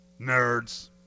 Nerds